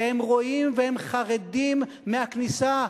שהם רואים והם חרדים מהכניסה,